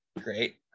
great